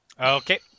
Okay